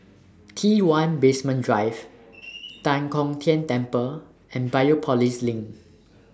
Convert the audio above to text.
T one Basement Drive Tan Kong Tian Temple and Biopolis LINK